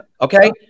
Okay